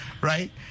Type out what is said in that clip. Right